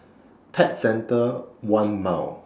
pet centre one mile